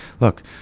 look